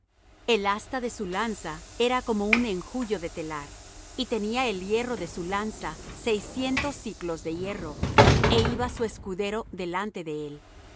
el asta de su lanza era como un enjullo de telar y tenía el hierro de su lanza seiscientos siclos de hierro é iba su escudero delante de él